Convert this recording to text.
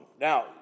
Now